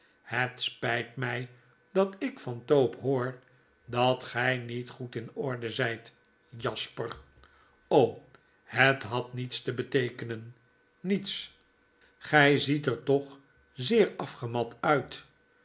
etet spyt my dat ik van tope hoor datgij niet goed in orde zyt jasper het had niets te beteekenen nietsl b gij ziet er toch zeer afgemat uit